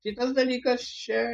kitas dalykas čia